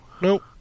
Nope